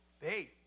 faith